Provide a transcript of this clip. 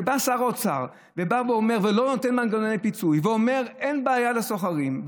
שבא שר האוצר ולא נותן מנגנוני פיצוי ואומר שאין בעיה לסוחרים,